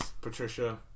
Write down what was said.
Patricia